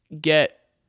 get